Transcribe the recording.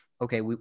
okay